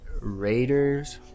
raiders